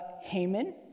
Haman